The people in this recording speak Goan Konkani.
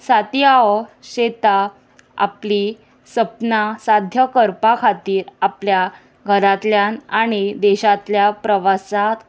सातीआ शेतां आपली सपना साध्य करपा खातीर आपल्या घरांतल्यान आनी देशांतल्या प्रवासांत